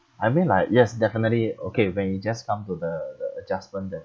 I mean like yes definitely okay when you just come to the the adjustment that